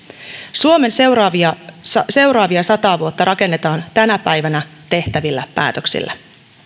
suomen seuraavia sataa vuotta rakennetaan tänä päivänä tehtävillä päätöksillä